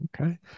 Okay